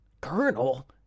Colonel